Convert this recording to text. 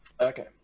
Okay